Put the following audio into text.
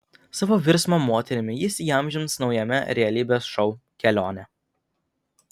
savo virsmą moterimi jis įamžins naujame realybės šou kelionė